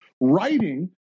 Writing